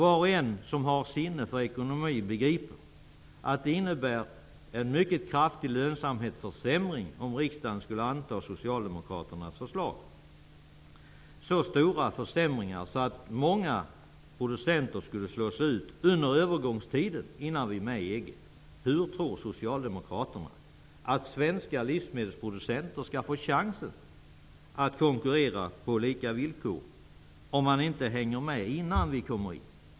Var och en som har sinne för ekonomi begriper att det skulle bli en mycket kraftig lönsamhetsförsämring, om riksdagen skulle anta socialdemokraternas förslag. Försämringen skulle bli så stor att många producenter skulle slås ut under övergångstiden innan vi kommer in i EG. Hur tror socialdemokraterna att svenska livsmedelsproducenter skall kunna få chansen att konkurrera på lika villkor, om de inte hänger med innan vi kommer in?